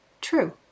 true